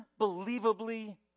Unbelievably